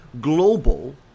global